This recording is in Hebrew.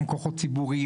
גם כוחות ציבוריים.